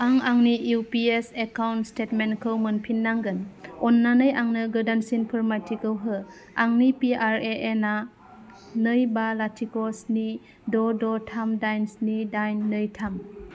आं आंनि UPS account statement खौ मोनफिननांगोन अन्नानै आंनो गोदानसिन फोरमाथिखौ हो आंनि पिआरएएन आ नै बा लाथिख' स्नि द' द' थाम दाइन स्नि दाइन नै थाम